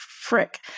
frick